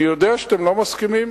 אני יודע שאתם לא מסכימים,